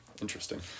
Interesting